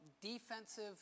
defensive